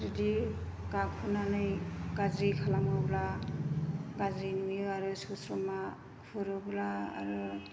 बिदि गाखुनानै गाज्रि खालामोब्ला गाज्रि नुयो आरो सस्रमा खुरोब्ला आरो